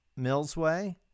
millsway